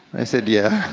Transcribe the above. i said, yeah,